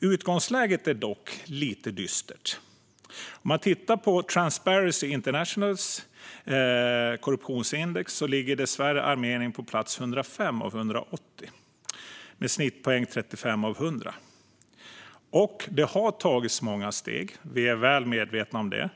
Utgångsläget är dock lite dystert. I Transparency Internationals korruptionsindex ligger dessvärre Armenien på plats 105 av 180 med snittpoängen 35 av 100. Det har tagits många steg. Vi är väl medvetna om det.